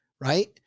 right